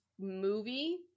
movie